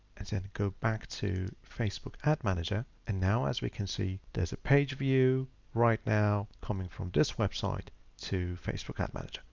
and then go back to facebook ad manager. and now as we can see, there's a page view right now coming from this website to facebook ads manager.